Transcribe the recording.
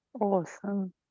Awesome